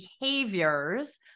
behaviors